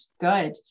Good